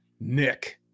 nick